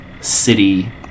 city